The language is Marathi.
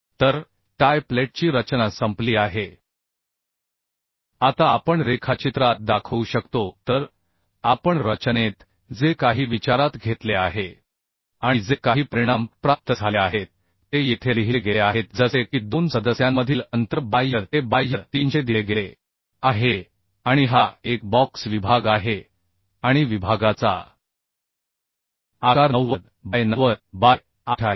तर टाय प्लेटची रचना संपली आहे आता आपण रेखाचित्रात दाखवू शकतो तर आपण रचनेत जे काही विचारात घेतले आहे आणि जे काही परिणाम प्राप्त झाले आहेत ते येथे लिहिले गेले आहेत जसे की दोन सदस्यांमधील अंतर बाह्य ते बाह्य 300 दिले गेले आहे आणि हा एक बॉक्स विभाग आहे आणि विभागाचा आकार 90 बाय 90 बाय 8 आहे